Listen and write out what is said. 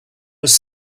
was